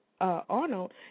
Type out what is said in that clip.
Arnold